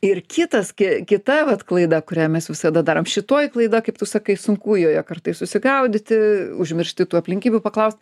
ir kitas kie kita vat klaida kurią mes visada darom šitoji klaida kaip tu sakai sunku joje kartais susigaudyti užmiršti tų aplinkybių paklaust